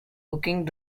booking